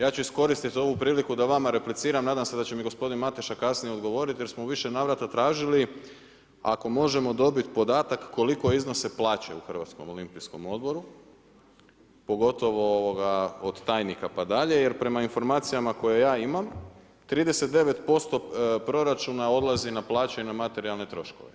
Ja ću iskoristiti ovu priliku da vama repliciram, nadam se da će mi gospodin Mateša kasnije odgovoriti jer smo u više navrata tražili ako možemo dobiti podatak koliko iznose plaće u HOO-u, pogotovo od tajnika pa dalje jer prema informacijama koje ja imam, 39% proračuna odlazi na plaće i na materijalne troškove.